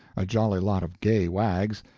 a jolly lot of gay wags,